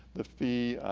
the fee,